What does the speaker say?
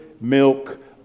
milk